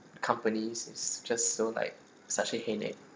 companies is just so like such a headache